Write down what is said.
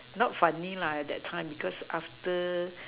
not funny lah at that time because after